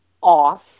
off